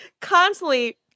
constantly